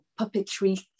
puppetry